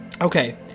Okay